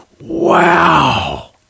wow